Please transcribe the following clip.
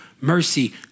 mercy